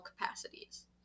capacities